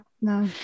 no